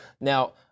Now